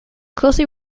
closely